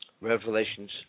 Revelations